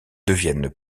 deviennent